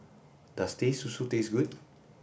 does Teh Susu taste good